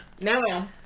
No